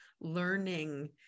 learning